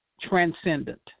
transcendent